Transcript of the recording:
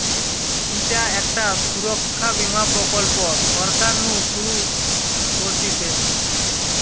ইটা একটা সুরক্ষা বীমা প্রকল্প সরকার নু শুরু করতিছে